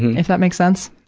if that makes sense.